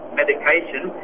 medication